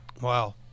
Wow